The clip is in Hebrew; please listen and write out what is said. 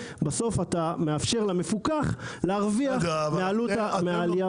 בסוף אתה מאפשר למפוקח להרוויח מהעלייה במוצר.